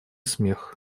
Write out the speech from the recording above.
смех